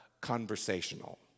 conversational